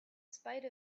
spite